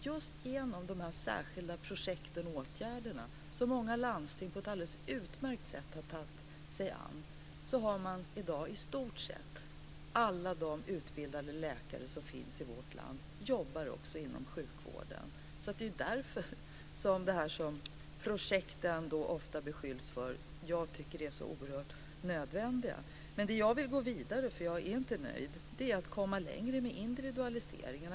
Just genom dessa särskilda projekt och åtgärder, som många landsting på ett alldeles utmärkt sätt har tagit sig an, jobbar i dag i stort sett alla de utbildade läkare som finns i vårt land inom sjukvården. Det är därför jag tycker att de här ofta utskällda projekten är så oerhört nödvändiga. Men det jag vill gå vidare med - för jag är inte nöjd - är att komma längre med individualiseringen.